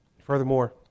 Furthermore